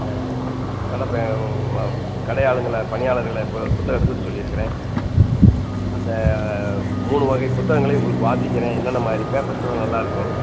கடை ப கடை ஆளுங்களை பணியாளர்கள இப்போ புத்தகம் எடுத்து வர சொல்லியிருக்கிறேன் அந்த மூணு வகை புத்தகங்களையும் உங்களுக்கு வாசிக்கிறேன் என்னென்னமாதிரி பேப்பர்ஸெலாம் நல்லா இருக்கும்